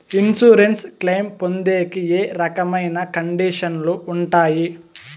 Insurance claim పొందేకి ఏ రకమైన కండిషన్లు ఉంటాయి?